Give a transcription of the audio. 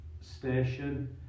station